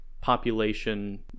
population